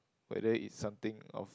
whether it's something of